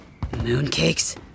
Mooncakes